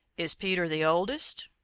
is peter the oldest?